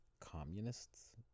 communists